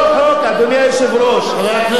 אדוני היושב-ראש, זה אותו חוק.